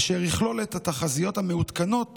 אשר יכלול את התחזיות המעודכנות